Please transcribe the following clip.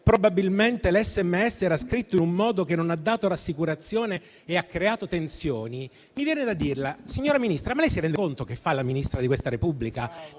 probabilmente l'SMS era scritto in un modo che non ha dato rassicurazioni e ha creato tensioni, mi viene da chiederle se si rende conto che fa la Ministra di questa Repubblica.